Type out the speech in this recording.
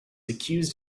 accused